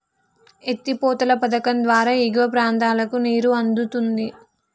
ఎత్తి పోతల పధకం ద్వారా ఎగువ ప్రాంతాలకు నీరు అందుతుంది